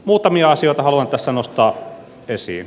muutamia asioita haluan tässä nostaa esiin